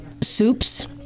soups